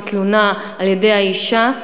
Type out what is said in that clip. כתלונה על-ידי האישה,